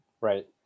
Right